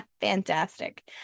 fantastic